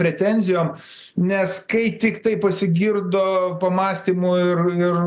pretenzijom nes kai tiktai pasigirdo pamąstymų ir ir